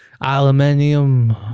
aluminium